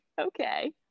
okay